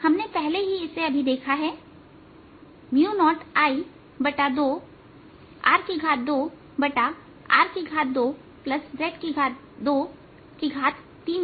हमने पहले ही इसे अभी देखा है 0I2R2R2z232 I क्या है